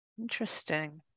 Interesting